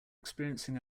experiencing